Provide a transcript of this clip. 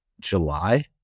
july